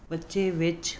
ਬੱਚੇ ਵਿੱਚ